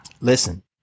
Listen